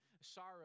sorrow